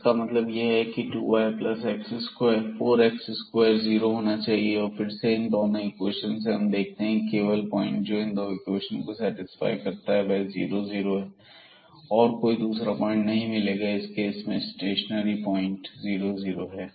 इसका मतलब यह है की 2 y4 x2 जीरो होना चाहिए फिर से इन दोनों इक्वेशंस से हम यह देखते हैं की केवल पॉइंट जो इन 2 इक्वेशंस को सेटिस्फाई करता है वह 0 0 है हमें दूसरा कोई नहीं मिलेगा तो इस केस में स्टेशनरी प्वाइंट 0 0 है